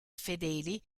fedeli